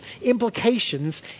implications